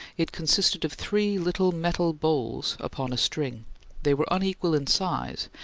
it consisted of three little metal bowls upon a string they were unequal in size,